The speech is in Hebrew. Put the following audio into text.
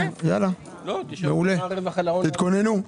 מעולה, תתכוננו.